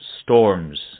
storms